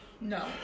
No